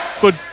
good